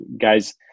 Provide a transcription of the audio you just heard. guys